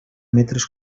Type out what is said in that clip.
metres